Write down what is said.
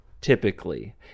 typically